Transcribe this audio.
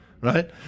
Right